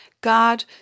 God